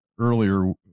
earlier